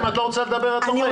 אם את לא רוצה לדבר, את לא חייבת.